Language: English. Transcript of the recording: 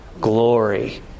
Glory